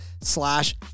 slash